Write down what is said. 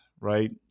right